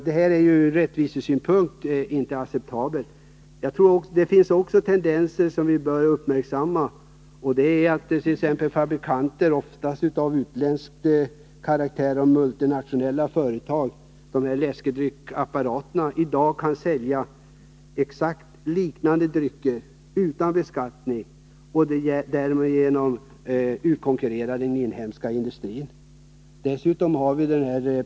Det är inte acceptabelt från rättvisesynpunkt. Det finns också andra tendenser som vi bör uppmärksamma. Utländska fabrikanter och multinationella företag som tillverkar läskedrycksapparater kan i dag sälja liknande drycker utan beskattning och därigenom konkurrera ut den inhemska industrin.